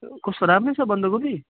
कस्तो राम्रै छ बन्दकोपी